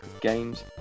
Games